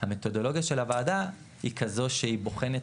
המתודולוגיה של הוועדה היא כזו שהיא בוחנת